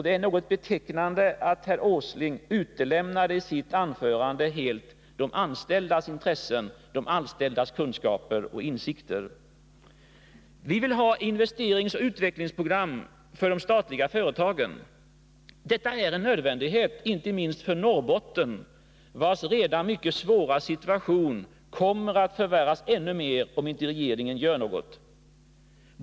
Det är något betecknande att herr Åsling i sitt anförande helt utelämnade de anställdas intressen, kunskaper och insikter. Vi vill ha investeringsoch utvecklingsprogram för de statliga företagen. Detta är en nödvändighet inte minst för Norrbotten, vars redan mycket svåra situation kommer att förvärras ännu mer om inte regeringen gör något.